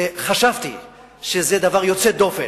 חשבתי שזה דבר יוצא דופן,